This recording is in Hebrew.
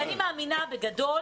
אני מאמינה בגדול